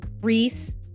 Reese